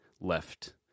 left